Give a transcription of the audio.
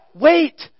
Wait